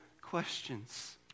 questions